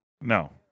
No